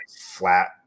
flat